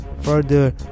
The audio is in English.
Further